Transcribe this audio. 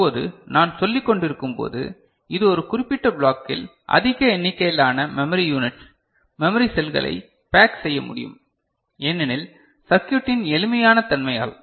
இப்போது நான் சொல்லிக்கொண்டிருக்கும்போது இது ஒரு குறிப்பிட்ட பிளாக்கில் அதிக எண்ணிக்கையிலான மெமரி யுனிட்ஸ் மெமரி செல்களை பேக் செய்ய முடியும் ஏனெனில் சர்க்யுட்டின் எளிமையான தன்மையால்